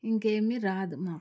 ఇంకేమి రాదు మాకు